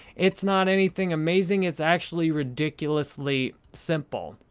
it's not anything amazing. it's actually ridiculously simple.